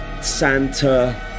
Santa